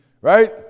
Right